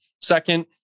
Second